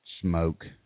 smoke